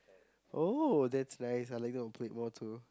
oh that's nice I liked the opaque wall too